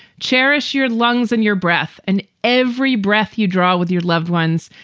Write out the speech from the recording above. cherish your lungs and your breath and every breath you draw with your loved ones.